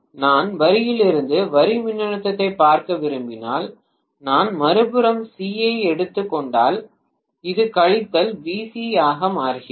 நான் வரியிலிருந்து வரி மின்னழுத்தத்தைப் பார்க்க விரும்பினால் நான் மறுபுறம் C ஐ எடுத்துக் கொண்டால் இது கழித்தல் VC ஆக மாறுகிறது